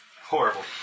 horrible